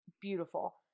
Beautiful